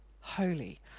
holy